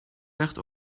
werd